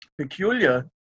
peculiar